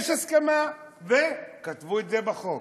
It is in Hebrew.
יש הסכמה וכתבו את זה בחוק.